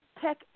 tech